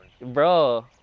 bro